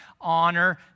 honor